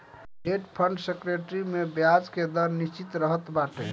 debt fund security में बियाज के दर निश्चित रहत बाटे